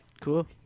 Cool